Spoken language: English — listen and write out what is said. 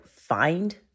find